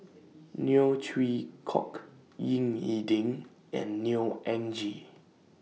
Neo Chwee Kok Ying E Ding and Neo Anngee